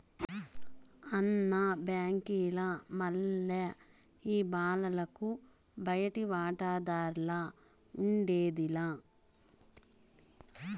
అన్న, బాంకీల మల్లె ఈ బాలలకు బయటి వాటాదార్లఉండేది లా